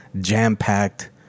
jam-packed